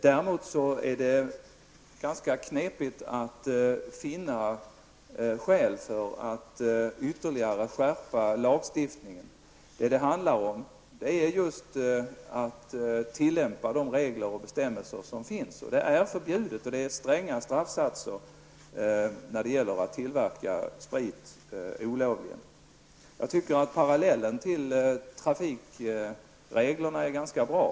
Däremot är det ganska knepigt att finna skäl för att ytterligare skärpa lagstiftningen. Det handlar om att tillämpa de regler och bestämmelser som finns. Att olovligen tillverka sprit är förbjudet och straffsatserna stränga. Parallellen till trafikreglerna var ganska bra.